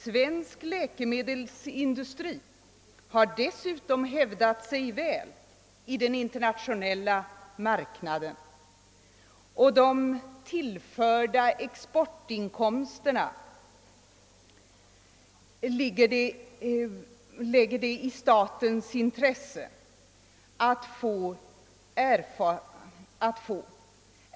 Svensk läkemedelsindustri har dessutom hävdat sig väl på den internationella marknaden, och de tillförda exportinkomsterna ligger det i statens intresse att få.